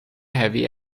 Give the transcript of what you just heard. heavy